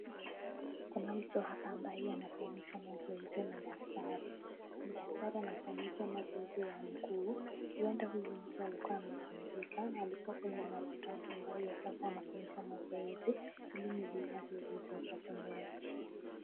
Kuna mtu hapa ambaye anafanyishwa mazoezi na daktari , daktari anamfanyisha mazoezi ya mguu huenda huyu mtu alikuwa amevunjika alikuwa kwenye matibabu ambayo sasa anafanyishwa mazoezi ili miguu yake iweze ikatembea.